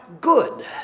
good